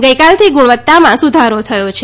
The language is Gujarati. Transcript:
ગઇકાલથી ગુણવત્તામાં સુધારો થયો છે